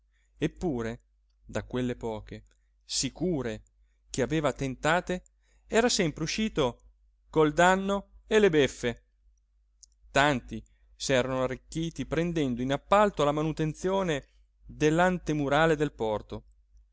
eppure da quelle poche sicure che aveva tentate era sempre uscito col danno e le beffe tanti s'erano arricchiti prendendo in appalto la manutenzione dell'antemurale del porto